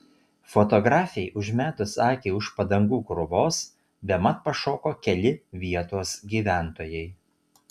fotografei užmetus akį už padangų krūvos bemat pašoko keli vietos gyventojai